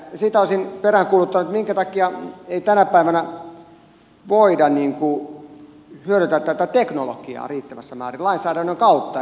sitä olisin peräänkuuluttanut minkä takia ei tänä päivänä voida hyödyntää tätä teknologiaa riittävässä määrin lainsäädännön kautta